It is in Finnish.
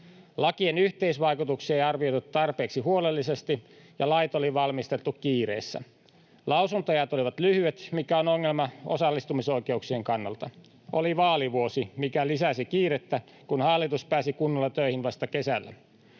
lakien yhteisvaikutuksia ei arvioitu tarpeeksi huolellisesti ja lait oli valmistettu kiireessä. Lausuntoajat olivat lyhyet, mikä on ongelma osallistumisoikeuksien kannalta. Oli vaalivuosi, mikä lisäsi kiirettä, kun hallitus pääsi kunnolla töihin vasta kesällä.